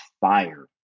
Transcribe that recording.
fire